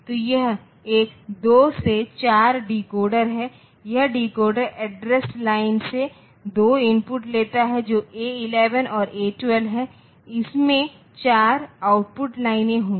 तो यह एक 2 से 4 डिकोडर है यह डिकोडर एड्रेस लाइन से दो इनपुट लेता है जो A11 और A12 है इसमें 4 आउटपुट लाइनें होंगी